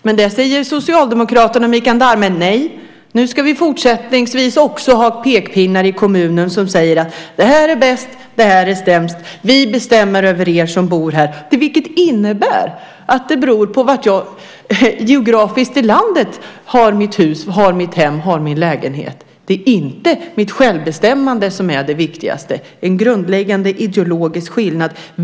Men då säger Socialdemokraterna och Mikael Damberg: Nej, nu ska vi fortsättningsvis också ha pekpinnar i kommunerna som säger att något är bäst och något annat är sämst. Vi bestämmer över er som bor här. Det innebär att det beror på var jag geografiskt i landet har mitt hus, mitt hem, min lägenhet. Det är inte mitt självbestämmande som är det viktigaste. Här finns en grundläggande ideologisk skillnad.